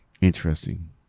Interesting